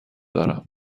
دارم